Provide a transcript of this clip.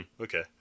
okay